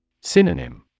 Synonym